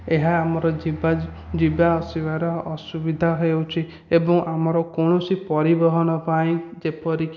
ଏହା ଆମର ଯିବା ଯିବା ଆସିବାର ଅସୁବିଧା ହେଉଛି ଏବଂ ଆମର କୌଣସି ପରିବହନ ପାଇଁ ଯେପରିକି